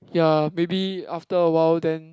ya maybe after awhile then